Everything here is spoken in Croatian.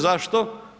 Zašto?